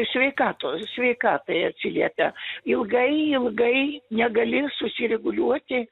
sveikato sveikatai atsiliepia ilgai ilgai negali susireguliuoti